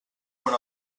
quan